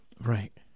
Right